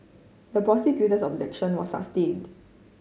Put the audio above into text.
the prosecutor's objection was sustained